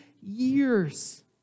years